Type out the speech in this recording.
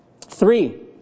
Three